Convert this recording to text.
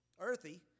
earthy